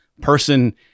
person